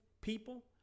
people